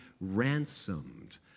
ransomed